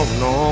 no